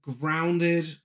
grounded